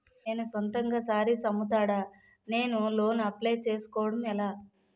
నేను సొంతంగా శారీస్ అమ్ముతాడ, నేను లోన్ అప్లయ్ చేసుకోవడం ఎలా?